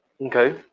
Okay